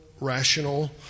rational